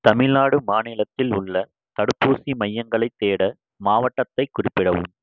தமிழ்நாடு மாநிலத்தில் உள்ள தடுப்பூசி மையங்களை தேட மாவட்டத்தை குறிப்பிடவும்